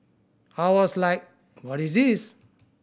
I was like what is this